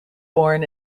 born